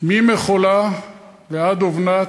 ממחולה ועד אבנת,